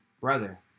Brother